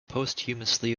posthumously